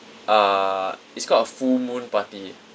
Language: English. uh it's called a full moon party